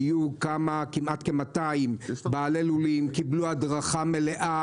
כמעט 200 בעלי לולים שקיבלו הדרכה מלאה,